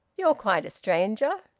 you're quite a stranger.